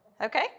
Okay